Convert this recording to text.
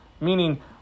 meaning